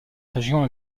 région